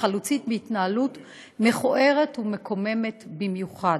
חלוצית בהתנהלות מכוערת ומקוממת במיוחד.